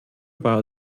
war